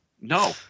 no